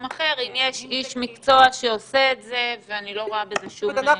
אחר אם יש איש מקצוע שעושה את זה ואני לא רואה בזה שום --- אנחנו,